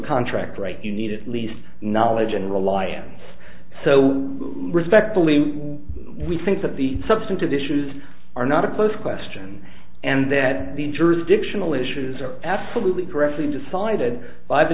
contract right you need at least knowledge and rely so respectfully we think that the substantive issues are not a close question and that the jurisdictional issues are absolutely correctly decided by the